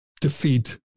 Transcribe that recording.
defeat